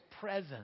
presence